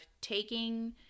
taking